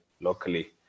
locally